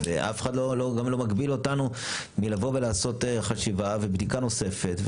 ואף אחד גם לא מגביל אותנו מלבוא ולעשות חשיבה ובדיקה נוספת.